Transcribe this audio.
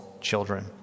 children